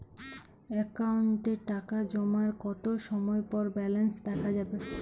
অ্যাকাউন্টে টাকা জমার কতো সময় পর ব্যালেন্স দেখা যাবে?